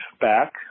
back